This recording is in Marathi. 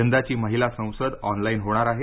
यंदाची महिला संसद ऑनलाईन होणार आहे